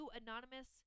anonymous